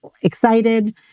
excited